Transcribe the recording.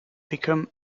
become